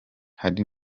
hari